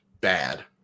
bad